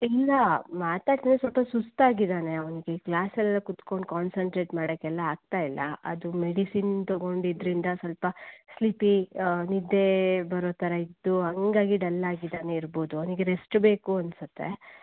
ಇಲ್ಲ ಮಾತಾಡ್ತಾನೆ ಸ್ವಲ್ಪ ಸುಸ್ತಾಗಿದ್ದಾನೆ ಅವನಿಗೆ ಈ ಕ್ಲಾಸಲ್ಲೇಲ್ಲಾ ಕುತ್ಕೊಂಡು ಕಾನ್ಸಂಟ್ರೇಟ್ ಮಾಡಕ್ಕೆಲ್ಲ ಆಗ್ತಾ ಇಲ್ಲ ಅದು ಮೆಡಿಸಿನ್ ತಗೊಂಡಿದ್ರಿಂದ ಸ್ವಲ್ಪ ಸ್ಲೀಪಿ ನಿದ್ದೆ ಬರೋ ಥರ ಇದ್ದು ಹಾಗಾಗಿ ಡಲ್ ಆಗಿದ್ದಾನೆ ಇರ್ಬೋದು ಅವನಿಗೆ ರೆಸ್ಟ್ ಬೇಕು ಅನ್ನಿಸುತ್ತೆ